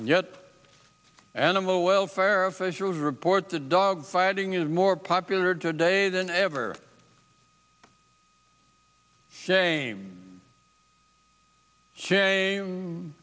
and yet animal welfare officials report to dog fighting is more popular today than ever shame shame